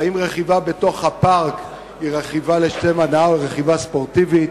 האם רכיבה בתוך הפארק היא רכיבה לשם הנאה או רכיבה ספורטיבית?